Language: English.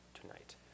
tonight